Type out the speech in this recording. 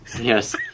Yes